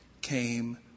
came